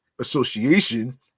association